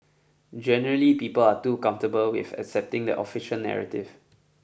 generally people are too comfortable with accepting the official narrative